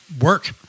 work